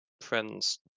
friend's